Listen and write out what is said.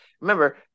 Remember